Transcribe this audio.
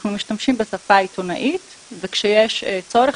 אנחנו משתמשים בשפה עיתונאית וכשיש צורך